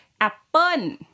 apple